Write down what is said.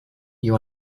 you